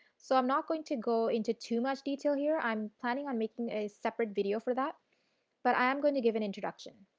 so, i am not going to go into too much detail here, i am planning on making a separate video for that but i am going to give an introduction.